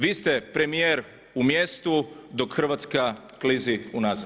Vi ste premijer u mjestu dok Hrvatska klizi unazad.